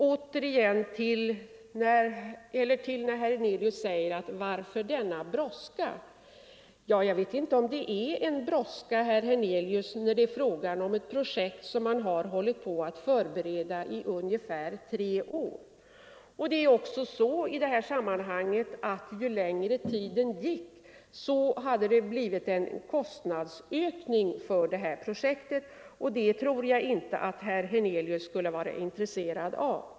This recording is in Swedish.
Herr Hernelius frågar: Varför denna brådska? Jag vet inte om det kan 63 anses vara någon brådska när det är fråga om ett projekt som har förberetts i ungefär tre år. Ju längre tiden gått desto större hade kostnadsökningarna för projektet blivit, och något sådant tror jag inte att herr Hernelius skulle vara intresserad av.